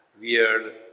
weird